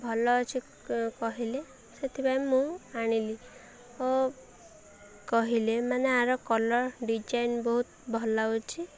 ଭଲ ଅଛି କହିଲେ ସେଥିପାଇଁ ମୁଁ ଆଣିଲି ଓ କହିଲେ ମାନେ ଆର କଲର୍ ଡ଼ିଜାଇନ୍ ବହୁତ ଭଲ ଅଛି